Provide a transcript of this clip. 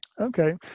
Okay